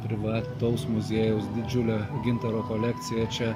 privataus muziejaus didžiulę gintaro kolekciją čia